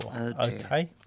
Okay